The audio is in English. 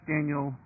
Daniel